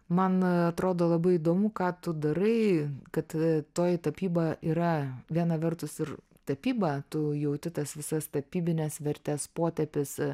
man atrodo labai įdomu ką tu darai kad toji tapyba yra viena vertus ir tapyba tu jauti tas visas tapybines vertes potėpis